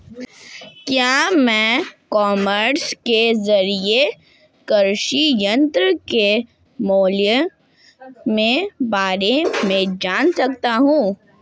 क्या मैं e commerce के ज़रिए कृषि यंत्र के मूल्य में बारे में जान सकता हूँ?